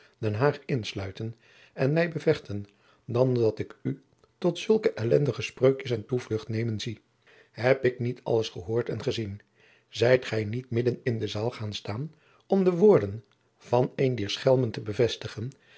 den haag insluiten en mij bevechten dan dat ik u tot zulke elendige spreukjes de toevlucht nemen zie heb ik niet alles gehoord en gezien zijt gij niet midden in de zaal gaan staan om de woorden van een dier schelmen te bevestigen